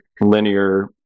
linear